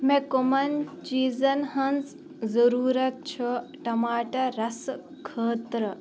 مےٚ کمَن چیٖزن ہٕنٛز ضروٗرت چھُ ٹماٹر رَسہٕ خٲطرٕ